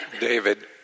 David